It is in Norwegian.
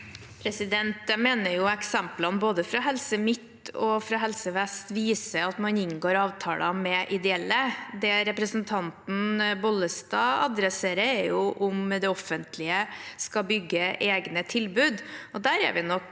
Jeg mener eks- emplene fra både Helse Midt-Norge og Helse Vest viser at man inngår avtaler med ideelle. Det representanten Bollestad tar opp, er jo om det offentlige skal bygge egne tilbud, og der er vi nok